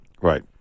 right